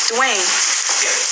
Dwayne